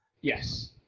Yes